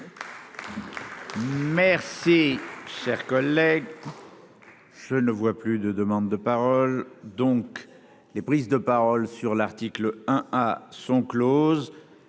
Merci, cher collègue. Je ne vois plus de demandes de parole donc les prises de parole sur l'article 1 ah sont closes,